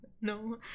No